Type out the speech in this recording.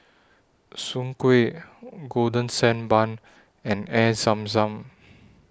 Soon Kway Golden Sand Bun and Air Zam Zam